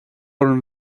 orm